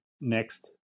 next